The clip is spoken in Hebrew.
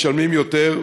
ומשלמים יותר,